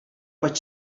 vaig